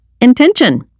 intention